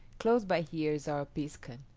close by here is our piskun.